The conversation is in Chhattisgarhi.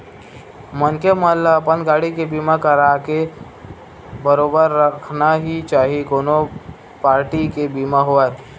मनखे मन ल अपन गाड़ी के बीमा कराके बरोबर रखना ही चाही कोनो पारटी के बीमा होवय